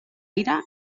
ira